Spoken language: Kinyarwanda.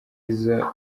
izo